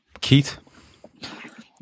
Keith